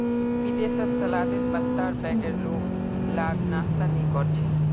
विदेशत सलादेर पत्तार बगैर लोग लार नाश्ता नि कोर छे